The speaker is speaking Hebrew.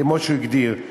כמו שהוא הגדיר אותה,